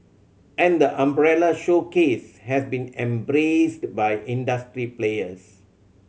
and the umbrella showcase has been embraced by industry players